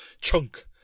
chunk